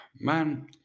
man